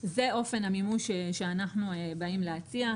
זה אופן המימוש שאנחנו באים להציע.